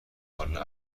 والا